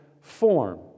form